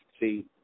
see